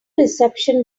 reception